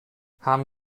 haben